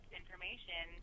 information